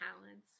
talents